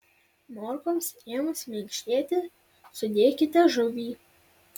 morkoms ėmus minkštėti sudėkite žuvį